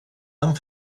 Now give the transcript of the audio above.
amb